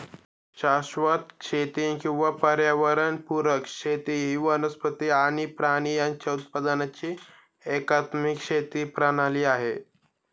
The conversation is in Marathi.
शाश्वत शेती किंवा पर्यावरण पुरक शेती ही वनस्पती आणि प्राणी यांच्या उत्पादनाची एकात्मिक शेती प्रणाली आहे